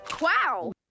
Wow